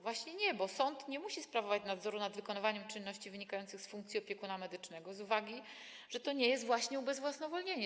Właśnie nie, bo sąd nie musi sprawować nadzoru nad wykonywaniem czynności wynikających z funkcji opiekuna medycznego z uwagi na to, że to nie jest ubezwłasnowolnienie.